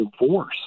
divorce